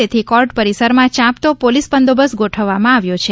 તેથી કોર્ટ પરિસર માં ચાંપતો પોલીસ બંદોબસ્ત ગોઠવવામાં આવ્યો છે